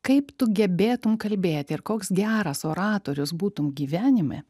kaip tu gebėtum kalbėti ir koks geras oratorius būtum gyvenime